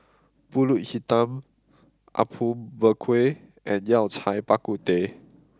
Pulut Hitam Apom Berkuah and Yao Cai Bak Kut Teh